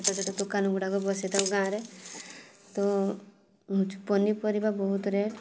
ଛୋଟ ଛୋଟ ଦୋକାନ ଗୁଡ଼ାକ ବସିଥାଉ ଗାଁରେ ତ ପନିପରିବା ବହୁତ ରେଟ୍